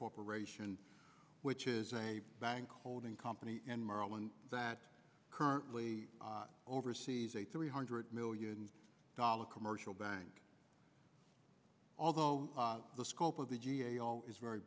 corporation which is a bank holding company in maryland that currently oversees a three hundred million dollars commercial bank although the scope of the g a o is very